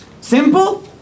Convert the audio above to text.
Simple